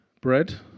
bread